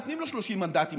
נותנים לו 30 מנדטים,